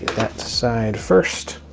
that side first